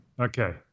Okay